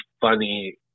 funny